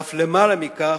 ואף למעלה מכך,